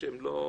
לא,